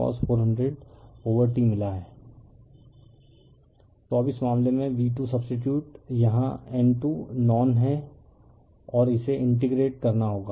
refer slide time 3203 तो अब इस मामले में v2 सबसटीटयुट यहाँ N2 नोन है और इसे इंटीग्रेट करना होगा